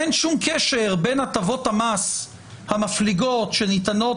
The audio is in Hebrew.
אין שום קשר בין הטבות המס המפליגות שניתנות